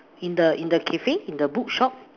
in the in the cafe in the bookshop